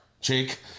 Jake